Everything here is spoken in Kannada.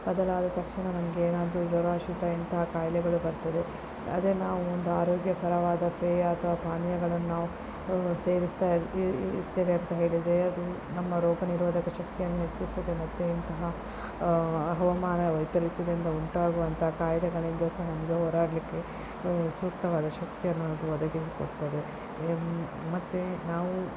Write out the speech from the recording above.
ಬದಲಾದ ತಕ್ಷಣ ನಮಗೆ ಏನಾದರೂ ಜ್ವರ ಶೀತ ಇಂತಹ ಖಾಯಿಲೆಗಳು ಬರ್ತದೆ ಅದೇ ನಾವು ಒಂದು ಆರೋಗ್ಯಕರವಾದ ಪೇಯ ಅಥವಾ ಪಾನೀಯಗಳನ್ನು ನಾವು ಸೇವಿಸ್ತಾ ಇ ಇರ್ತೇವೆ ಅಂತ ಹೇಳಿದರೆ ಅದು ನಮ್ಮ ರೋಗನಿರೋಧಕ ಶಕ್ತಿಯನ್ನು ಹೆಚ್ಚಿಸುವುದು ಮತ್ತು ಇಂತಹ ಹವಾಮಾನ ವೈಪರೀತ್ಯದಿಂದ ಉಂಟಾಗುವಂತಹ ಖಾಯಿಲೆಗಳಿಂದ ಸಹ ನಮಗೆ ಹೋರಾಡಲಿಕ್ಕೆ ಸೂಕ್ತವಾದ ಶಕ್ತಿಯನ್ನು ಅದು ಒದಗಿಸಿಕೊಡ್ತದೆ ಮತ್ತು ನಾವು